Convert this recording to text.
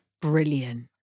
Brilliant